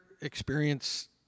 experience